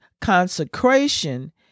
consecration